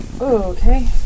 okay